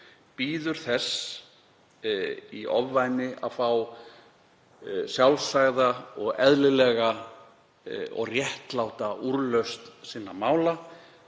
bíður þess í ofvæni að fá sjálfsagða og eðlilega og réttláta úrlausn sinna mála,